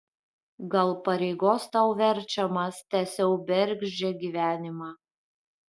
gal pareigos tau verčiamas tęsiau bergždžią gyvenimą